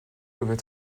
doivent